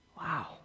Wow